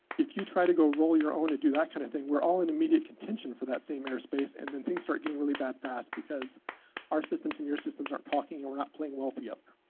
if you try to go roll your own and do that kind of thing, we're all in immediate contention for that same airspace and then things start getting really bad fast, because our systems and your systems aren't talking and we're not playing well together.